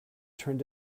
turned